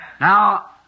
Now